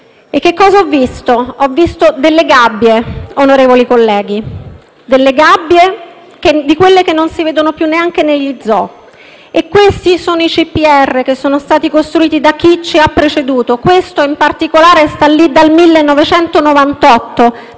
e cosa ho visto? Ho visto delle gabbie, onorevoli colleghi, delle gabbie di quelle che non si vedono più neanche negli zoo. Questi sono i CPR che sono stati costruiti da chi ci ha preceduto; questo in particolare sta lì dal 1998,